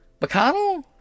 McConnell